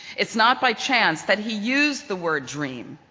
it's not by chance that he used the word dream.